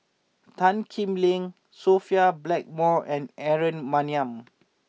Tan Kim Seng Sophia Blackmore and Aaron Maniam